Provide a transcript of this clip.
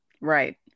Right